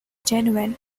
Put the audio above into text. genuine